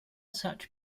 such